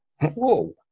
Whoa